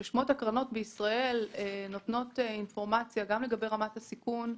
שמות הקרנות בישראל נותנות אינפורמציה לגבי רמת הסיכון.